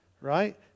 Right